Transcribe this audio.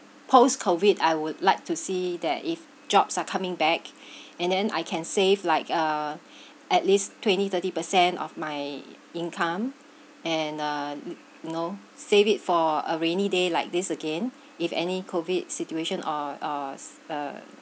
post COVID I would like to see that if jobs are coming back and then I can save like uh at least twenty thirty per cent of my income and uh you know save it for a rainy day like this again if any COVID situation or or s~ uh